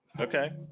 Okay